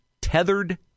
tethered